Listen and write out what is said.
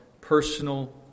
personal